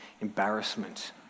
embarrassment